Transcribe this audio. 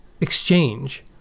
exchange